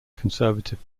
conservative